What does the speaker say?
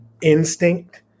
instinct